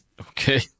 Okay